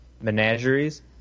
Menageries